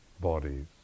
bodies